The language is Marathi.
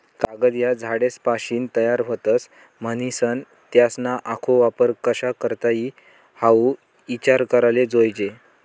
कागद ह्या झाडेसपाशीन तयार व्हतस, म्हनीसन त्यासना आखो वापर कशा करता ई हाऊ ईचार कराले जोयजे